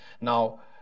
Now